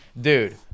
dude